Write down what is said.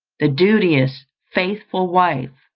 the duteous, faithful wife,